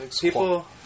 people